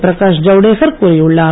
பிரகாஷ் ஜவுடேகர் கூறியுள்ளார்